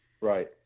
Right